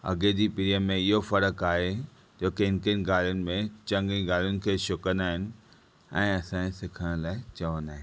अॻे जी पीढ़ीअ में इहो फ़र्क आहे जो किन किन ॻाल्हियुनि में चंङी ॻाल्हियुनि खे इशू कंदा आहिनि ऐं असां खे सिखण लाइ चवंदा आहिनि